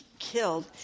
Killed